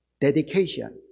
dedication